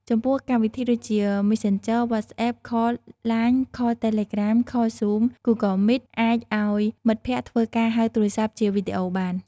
ចំពោះកម្មវិធីដូចជា Messenger WhatsApp Call LINE Call Telegram Call Zoom Google Meet អាចឱ្យមិត្តភ័ក្តិធ្វើការហៅទូរស័ព្ទជាវីដេអូបាន ។